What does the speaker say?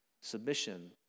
submission